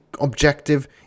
objective